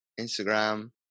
Instagram